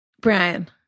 Brian